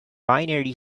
binary